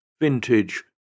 Vintage